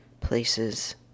places